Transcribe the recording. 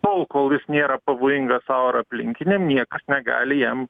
tol kol jis nėra pavojingas sau ar aplinkiniam niekas negali jam